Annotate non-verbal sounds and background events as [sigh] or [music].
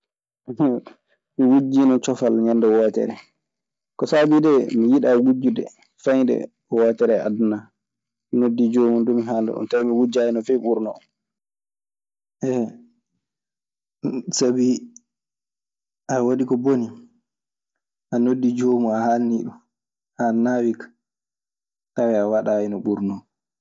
[laughs] Mi wujjiino cofal ñende wootere. Ko saabii dee mi yiɗaa wujjude fay nde wootere e aduna an, mi noddii joomun du mi haalaani ɗun. Tawi mi wujjaayino fey ɓurnoo. [hesitation] Sabi a waɗii ko boni, a noddii joomun a haalnii ɗun. Ana naawi kaa. Tawee a waɗaayino ɓurnoo.